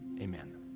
amen